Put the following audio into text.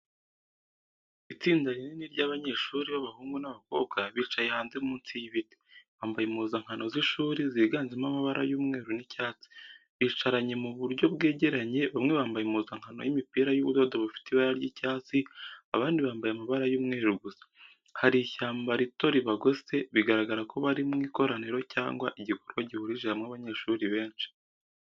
Itsinda rinini ry'abanyeshuri b'abahungu n'abakobwa bicaye hanze munsi y’ibiti, bambaye impuzankano z’ishuri ziganjemo amabara y’umweru n’icyatsi. Bicaranye mu buryo bwegeranye, bamwe bambaye impuzankano y'imipira y'ubudodo bufite ibara ry’icyatsi, abandi bambaye amabara y'umweru gusa. Hari ishyamba rito ribagose, bigaragara ko bari mu ikoraniro cyangwa igikorwa gihurije hamwe abanyeshuri benshi.